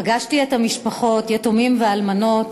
פגשתי את המשפחות, יתומים ואלמנות,